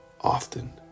often